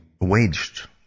waged